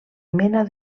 mena